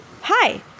hi